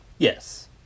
Yes